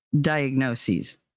diagnoses